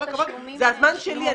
זה הזמן שלי,